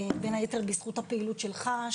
בין היתר בזכות הפעילות שלך,